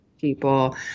People